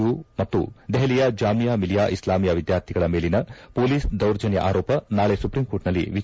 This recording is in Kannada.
ಯು ಮತ್ತು ದೆಪಲಿಯ ಜಾಮಿಯಾ ಮಿಲಿಯಾ ಇಸ್ಲಾಮಿಯಾ ವಿದ್ಯಾರ್ಥಿಗಳ ಮೇಲಿನ ಪೊಲೀಸ್ ದೌರ್ಜನ್ನ ಆರೋಪ ನಾಳೆ ಸುಪ್ರೀಂಕೋರ್ಟ್ ನಲ್ಲಿ ವಿಚಾರಣೆ